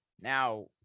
Now